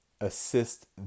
assist